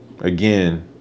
Again